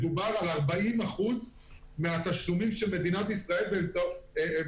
מדובר על 40% מהתשלומים של מדינת ישראל באמצעותה,